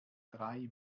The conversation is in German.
drei